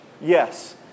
yes